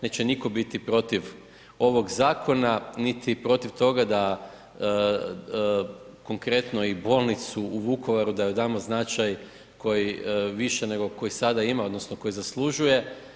Neće nitko biti protiv ovog zakona niti protiv toga da konkretno i bolnicu u Vukovaru da joj damo značaj koji, više nego koji sada ima, odnosno koji zaslužuje.